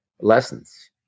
lessons